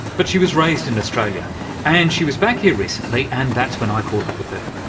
but she was raised in australia and she was back here recently and that's when i caught up with her.